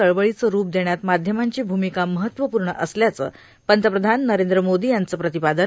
चळवळीचं रूप देण्यात माध्यमांची भ्मिका महत्वपूर्ण असल्याचं पंतप्रधान नरेंद्र मोदी यांचं प्रतिपादन